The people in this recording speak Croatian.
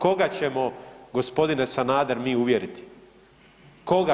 Koga ćemo gospodine Sanader uvjeriti, koga?